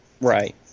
Right